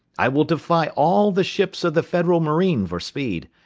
i will defy all the ships of the federal marine for speed,